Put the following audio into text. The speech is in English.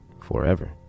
forever